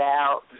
out